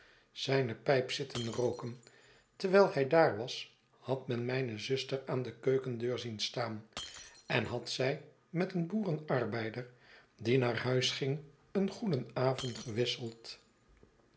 zijne pijp zitten rooken terwijl hij daar was had men mijne zuster aan de keukendeur zien staan en had zij met een boerenarbeider die naar huis ging een goedenavond gewisseld